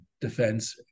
defense